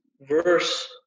verse